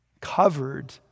covered